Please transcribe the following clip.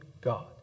God